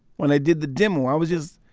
when i did the demo, i was just,